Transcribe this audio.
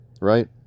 right